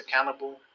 accountable